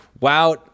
Wow